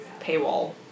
paywall